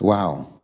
Wow